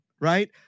right